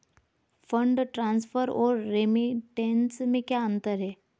Fund transfer और remittance में क्या अंतर है?